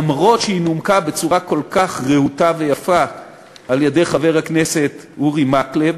אף שהיא נומקה בצורה כל כך רהוטה ויפה על-ידי חבר הכנסת אורי מקלב.